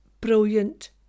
brilliant